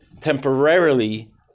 temporarily